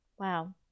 Wow